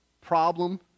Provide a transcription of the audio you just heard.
problem